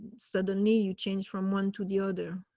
suddenly you change from one to the other.